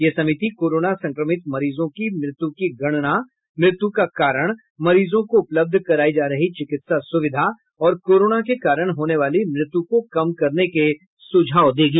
यह समिति कोरोना संक्रमित मरीजों की मृत्यु की गणना मृत्यु का कारण मरीजों को उपलब्ध करायी जा रही चिकित्सा सुविधा और कोरोना के कारण होने वाली मृत्यु को कम करने के सुझाव देगी